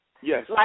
Yes